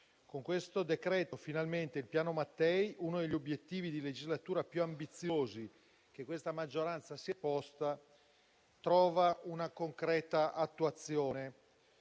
Con questo decreto-legge finalmente il Piano Mattei, uno degli obiettivi di legislatura più ambiziosi che questa maggioranza si è posta, trova una concreta attuazione.